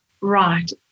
Right